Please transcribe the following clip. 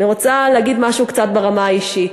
אני רוצה להגיד משהו קצת ברמה האישית.